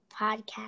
podcast